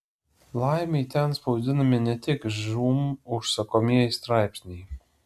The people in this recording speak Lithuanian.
laimei ten spausdinami ne tik žūm užsakomieji straipsniai